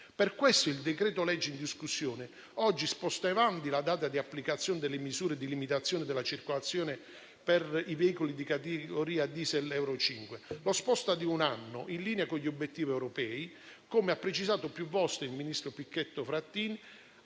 Per questo, il decreto-legge in discussione oggi sposta in avanti la data di applicazione delle misure di limitazione della circolazione per i veicoli di categoria *diesel* euro 5. Lo sposta avanti di un anno, in linea con gli obiettivi europei, come ha precisato più volte il ministro Pichetto Fratin.